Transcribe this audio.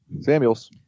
Samuels